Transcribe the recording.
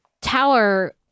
tower